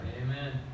Amen